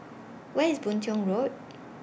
Where IS Boon Tiong Road